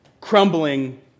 crumbling